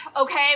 okay